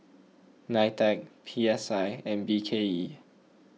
Nitec P S I and B K E